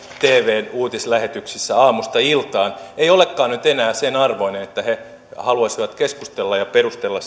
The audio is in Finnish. tvn uutislähetyksissä aamusta iltaan se ei olekaan nyt enää sen arvoinen että he haluaisivat keskustella ja perustella